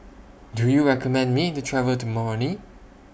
Do YOU recommend Me to travel to Moroni